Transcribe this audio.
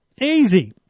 Easy